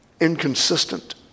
inconsistent